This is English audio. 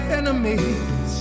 enemies